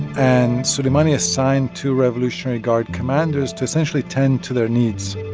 and soleimani assigned two revolutionary guard commanders to essentially tend to their needs.